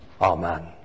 Amen